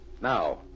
Now